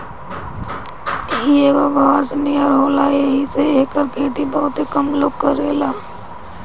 इ एगो घास नियर होला येही से एकर खेती बहुते कम लोग करेला